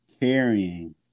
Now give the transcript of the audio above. carrying